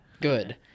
Good